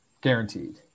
guaranteed